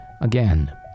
again